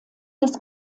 des